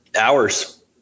hours